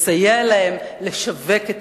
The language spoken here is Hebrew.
מסייע להם "לשווק" את